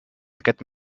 aquest